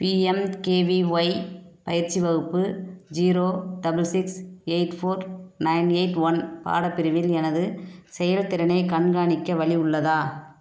PMKVY பயிற்சி வகுப்பு zero double six eight four nine eight one பாடப் பிரிவில் எனது செயல்திறனைக் கண்காணிக்க வழி உள்ளதா